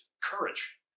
Courage